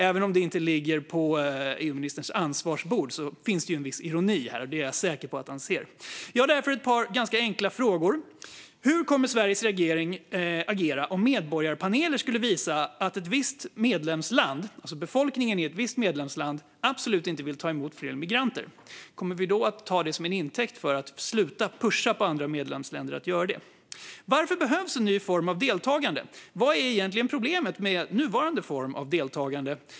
Även om detta inte ligger på EU-ministerns bord finns det en viss ironi här, och det är jag säker på att han ser. Jag har därför ett par ganska enkla frågor: Hur kommer Sveriges regering att agera om medborgarpaneler skulle visa att befolkningen i ett visst medlemsland absolut inte vill ta emot fler migranter? Kommer vi då att ta det till intäkt för att sluta pusha andra medlemsländer att göra detta? Varför behövs en ny form av deltagande? Vad är egentligen problemet med nuvarande form av deltagande?